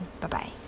Bye-bye